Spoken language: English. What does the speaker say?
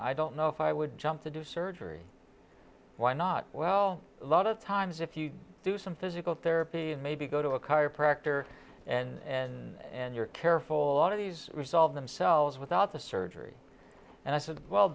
i don't know if i would jump to do surgery why not well a lot of times if you do some physical therapy and maybe go to a chiropractor and and you're careful out of these resolve themselves without the surgery and i said well